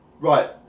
Right